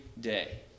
day